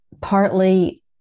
partly